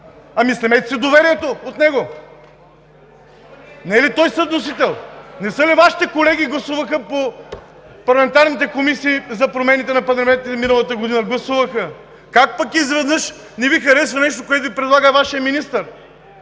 Ами снемете си доверието от него! Не е ли той съвносител? Не са ли Вашите колеги – гласуваха по парламентарните комисии за промените? И миналата година гласуваха. Как пък изведнъж не Ви харесва нещо, което Ви предлага Вашият министър?